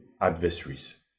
adversaries